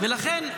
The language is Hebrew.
ולכן,